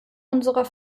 unserer